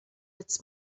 its